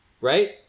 right